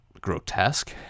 grotesque